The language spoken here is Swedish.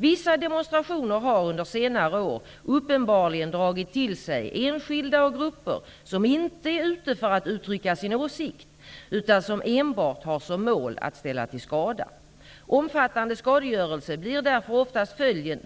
Vissa demonstrationer har under senare år uppenbarligen dragit till sig enskilda och grupper som inte är ute för att uttrycka sin åsikt, utan som enbart har som mål att ställa till skada. Omfattande skadegörelse blir därför oftast